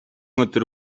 өдөр